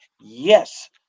Yes